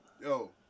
Yo